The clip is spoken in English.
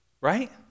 right